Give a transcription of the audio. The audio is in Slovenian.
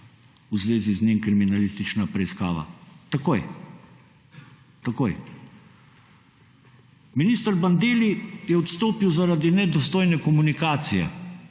v zvezi z njim kriminalistična preiskava. Minister Bandelli je odstopil zaradi nedostojne komunikacije.